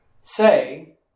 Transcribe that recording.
say